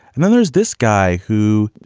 and then there's this guy who,